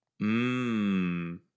Mmm